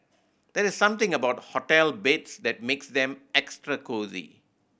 there's something about hotel beds that makes them extra cosy